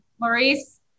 Maurice